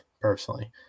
personally